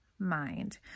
mind